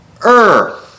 earth